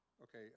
Okay